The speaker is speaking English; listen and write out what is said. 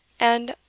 and,